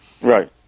Right